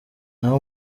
naho